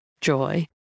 joy